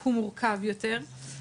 הוא מורכב יותר.